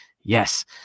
yes